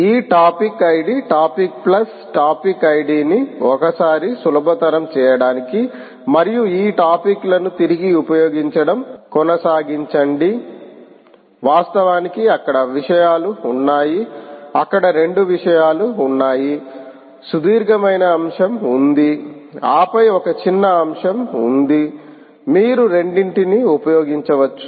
ఈ topic ID topic plus topic ఐడిని ఒక సారి సులభతరం చేయడానికి మరియు ఈ టాపిక్ లను తిరిగి ఉపయోగించడం కొనసాగించండి వాస్తవానికి అక్కడ విషయాలు ఉన్నాయి అక్కడ రెండు విషయాలు ఉన్నాయి సుదీర్ఘమైన అంశం ఉంది ఆపై ఒక చిన్న అంశం ఉంది మీరు రెండింటినీ ఉపయోగించవచ్చు